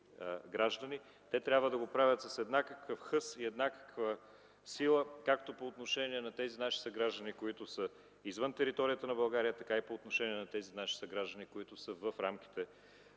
те трябва да го правят с еднакъв хъс и еднаква сила както по отношение на тези наши съграждани, които са извън територията на България, така и по отношение на тези, които са в рамките